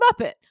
Muppet